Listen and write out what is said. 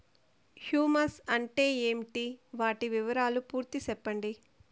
Humus అంటే ఏంటి? వాటి పూర్తి వివరాలు సెప్పండి?